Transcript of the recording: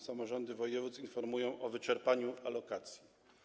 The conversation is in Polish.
Samorządy województw informują o wyczerpaniu alokacji.